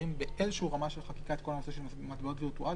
שמסדירים באיזושהי רמה של חקיקה את כל הנושא של מטבעות וירטואליים.